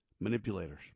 manipulators